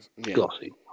Glossy